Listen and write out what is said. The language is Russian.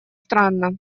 странно